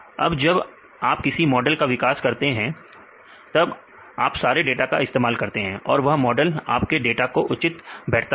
अब जब आप किसी मॉडल का विकास करते हैं तब आप सारे डेटा का इस्तेमाल करते हैं और वह मॉडल आपके डाटा पर उचित बैठता है